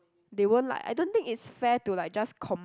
they won't like I don't think it's fair to like just com~